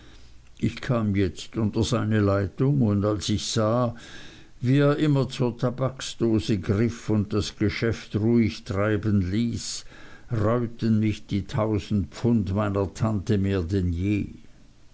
ich kam jetzt unter seine leitung und als ich sah wie er immer zur tabaksdose griff und das geschäft ruhig treiben ließ reuten mich die tausend pfund meiner tante mehr als je